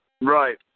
Right